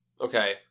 Okay